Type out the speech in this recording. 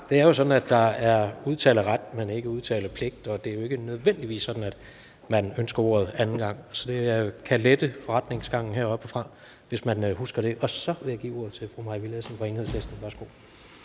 Det er jo sådan, at der er taleret, men ikke talepligt, og det er jo ikke nødvendigvis sådan, at man ønsker ordet anden gang. Så det kan lette forretningsgangen heroppefra, hvis man husker det. Så vil jeg give ordet til fru Mai Villadsen. Kl. 16:41